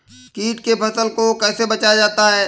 कीट से फसल को कैसे बचाया जाता हैं?